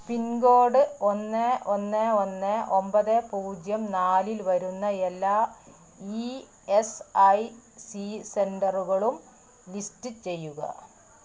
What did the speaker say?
pincode ഒന്ന് ഒന്ന് ഒന്ന് ഒമ്പത് പൂജ്യം നാലില് വരുന്ന എല്ലാ ഇ എസ് ഐ സി സെന്ററുകളും ലിസ്റ്റ് ചെയ്യുക